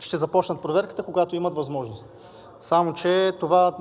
ще започнат проверката, когато имат възможност, само че това